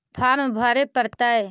Farm भरे परतय?